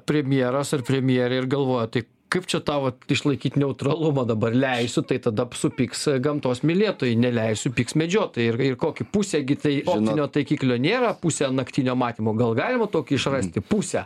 premjeras ar premjerė ir galvoja tai kaip čia tą vat išlaikyt neutralumą dabar leisiu tai tada supyks gamtos mylėtojai neleisiu pyks medžiotojai ir ir kokį pusė gi tai optinio taikiklio nėra pusė naktinio matymo gal galima tokį išrasti pusę